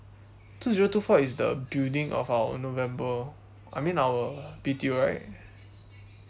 two zero two four is the building of our november I mean our B_T_O right